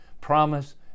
promise